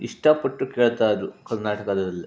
ಇಷ್ಟಪಟ್ಟು ಕೇಳ್ತಾಯಿದ್ದರು ಕರ್ನಾಟಕದಲ್ಲಿ